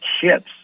ships